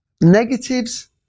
negatives